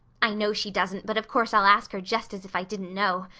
i know she doesn't but of course i'll ask her just as if i didn't know.